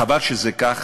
חבל שזה כך.